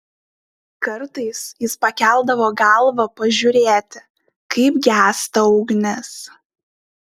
kartais jis pakeldavo galvą pažiūrėti kaip gęsta ugnis